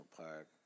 Park